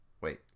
wait